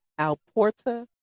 Alporta